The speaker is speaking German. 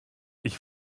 ich